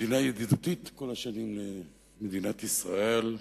מדינה ידידותית כל השנים למדינת ישראל,